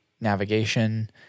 navigation